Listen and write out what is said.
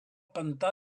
pantà